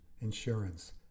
insurance